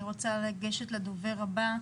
אני רוצה לגשת לדובר הבא,